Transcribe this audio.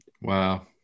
Wow